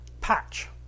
patch